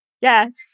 Yes